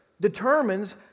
determines